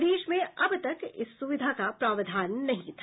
प्रदेश में अब तक इस सुविधा प्रावधान नहीं था